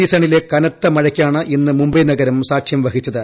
സീസണിലെ കനത്ത മഴയ്ക്കാണ് ഇന്ന് മുംബൈ നഗരം സാക്ഷ്യം വഹിച്ചത്